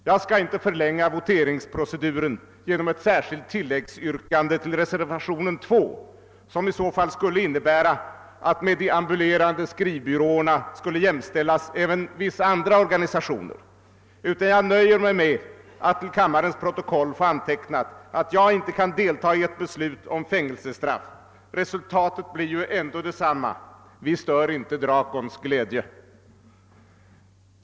Jag skall inte förlänga voteringsproceduren genom att göra ett särskilt tillläggsyrkande till reservationen II, vilket i så fall skulle innebära att med de ambulerande skrivbyråerna skulle jämställas även vissa andra organisationer. Jag nöjer mig med att till kammarens protokoll få anteckna att jag inte kan delta i ett beslut om fängelsestraff. Resultatet blir ändå detsamma: vi stör inte Drakons glädje.